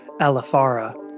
Alifara